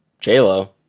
j-lo